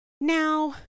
Now